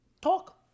Talk